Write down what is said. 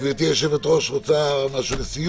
גברתי היושבת-ראש, רוצה משהו לסיום?